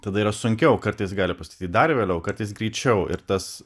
tada yra sunkiau kartais gali pastatyt dar vėliau kartais greičiau ir tas